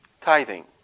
Tithing